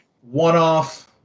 one-off